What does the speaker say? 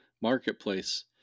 marketplace